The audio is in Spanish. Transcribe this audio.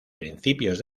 principios